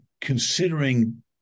considering